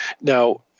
now